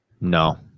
No